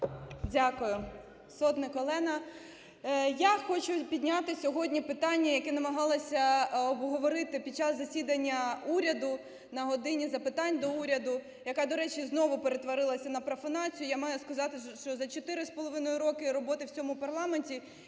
Дякую. Сотник Олена. Я хочу підняти сьогодні питання, яке намагалися обговорити під час засідання уряду, на "годині запитань до Уряду", яке, до речі, знову перетворилося на профанацію. Я маю сказати, що за 4,5 роки роботи в цьому парламенті